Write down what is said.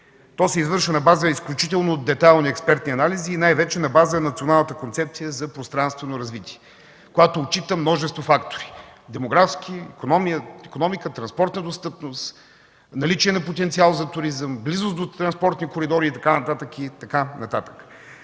То се извършва на базата на изключително детайлни експертни анализи и най-вече на базата на Националната концепция за пространствено развитие, която отчита множество фактори – демографски, икономика, транспортна достъпност, наличие на потенциал за туризъм, близост до транспортни коридори и така нататък.